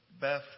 Beth